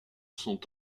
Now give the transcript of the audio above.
sont